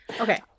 Okay